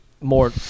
more